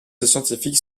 scientifiques